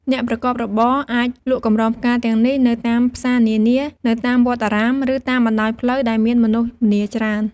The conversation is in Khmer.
អ្នកប្រកបរបរអាចលក់កម្រងផ្កាទាំងនេះនៅតាមផ្សារនានា នៅតាមវត្តអារាម ឬតាមបណ្ដោយផ្លូវដែលមានមនុស្សម្នាច្រើន។